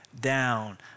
down